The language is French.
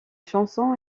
chanson